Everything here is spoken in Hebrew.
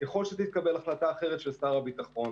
ככל שתתקבל החלטה אחרת של שר הביטחון,